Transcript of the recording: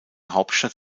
hauptstadt